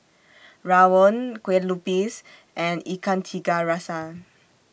Rawon Kueh Lupis and Ikan Tiga Rasa